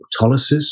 autolysis